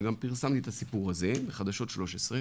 וגם פרסמתי את הסיפור הזה בחדשות 13,